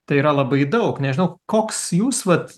tai yra labai daug nežinau koks jūs vat